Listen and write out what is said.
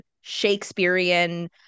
Shakespearean